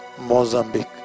Mozambique